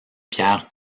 pierres